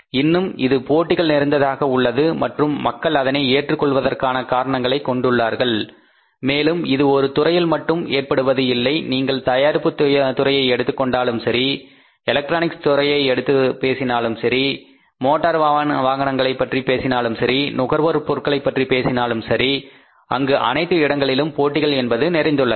இன்னும் இது போட்டிகள் நிறைந்ததாக உள்ளது மற்றும் மக்கள் அதனை ஏற்றுக் கொள்வதற்கான காரணங்களை கொண்டுள்ளார்கள் மேலும் இது ஒரு துறையில் மட்டும் ஏற்படுவது இல்லை நீங்கள் தயாரிப்பு துறையை எடுத்துக்கொண்டாலும் சரி எலக்ட்ரானிக்ஸ் துறையைப் பற்றிப் பேசினாலும் சரி மோட்டார் வாகனங்களை பற்றி பேசினாலும் சரி நுகர்வோர் பொருட்களைப் பற்றி பேசினாலும் சரி அங்கு அனைத்து இடங்களிலும் போட்டிகள் என்பது நிறைந்துள்ளது